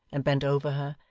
and bent over her,